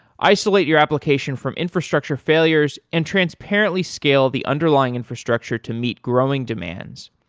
isolate your application from infrastructure failures and transparently scale the underlying infrastructure to meet growing demands,